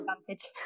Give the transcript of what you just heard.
advantage